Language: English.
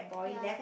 ya